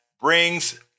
brings